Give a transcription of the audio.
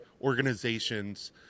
organizations